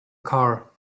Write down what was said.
car